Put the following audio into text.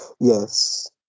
Yes